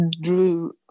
drew